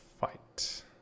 fight